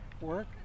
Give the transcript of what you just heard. work